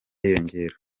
yiyongera